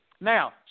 Now